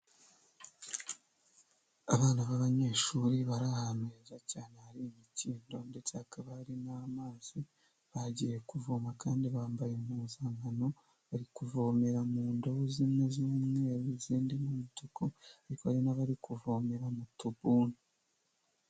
Abana b'abanyeshuri bari ahantu heza cyane hari imikindo ndetse hakaba hari n'amazi bagiye kuvoma kandi bambaye impuzankano, bari kuvomera mu ndobo zimwe z'umweru, izindi ni umutuku ariko hari n'abari kuvomera mu tubuni.